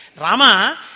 Rama